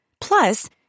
Plus